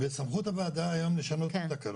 בסמכות הוועדה היה לשנות את התקנות,